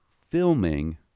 filming